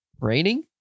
raining